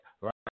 right